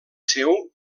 seu